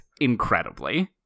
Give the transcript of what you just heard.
incredibly